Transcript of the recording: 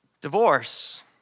divorce